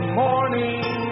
morning